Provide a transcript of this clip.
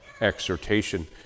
exhortation